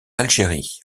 algérie